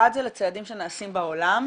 אחד זה לצעדים שנעשים בעולם,